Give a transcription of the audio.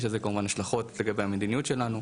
יש על זה כמובן השלכות לגבי המדיניות שלנו,